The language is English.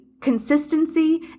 consistency